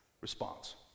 response